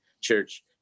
church